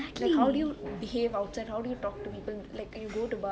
like how do you behave outside how do you talk to people like you go to bars